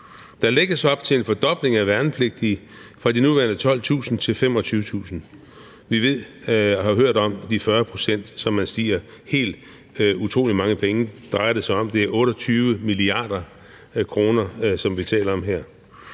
Der lægges op til en fordobling af værnepligtige fra de nuværende 12.000 til 25.000. Vi har hørt om stigningen på 40 pct., og det er helt utrolig mange penge, det drejer sig om: Det er 28 mia. kr., vi taler om her.